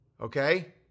Okay